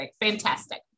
fantastic